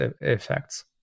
effects